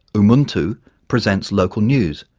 um umuntu presents local news,